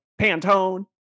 pantone